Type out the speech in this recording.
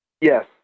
yes